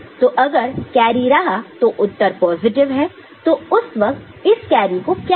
तो अगर कैरी रहा तो उत्तर पॉजिटिव है तो उस वक्त इस कैरी को क्या करें